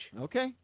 Okay